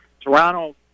Toronto